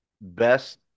best